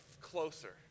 closer